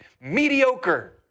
mediocre